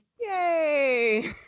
Yay